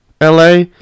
LA